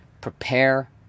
prepare